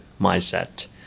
mindset